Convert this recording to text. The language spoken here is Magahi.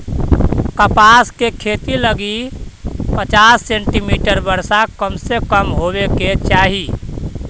कपास के खेती लगी पचास सेंटीमीटर वर्षा कम से कम होवे के चाही